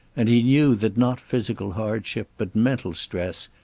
and he knew that not physical hardship, but mental stress,